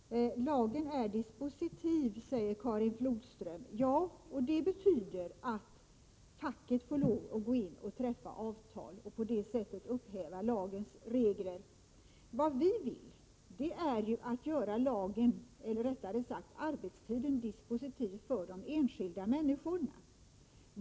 Herr talman! Lagen är dispositiv, säger Karin Flodström. Ja, och det betyder att facket får lov att gå in och träffa avtal och på det sättet upphäva lagens regler. Vi vill göra arbetstiden dispositiv för de enskilda människorna.